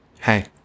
hey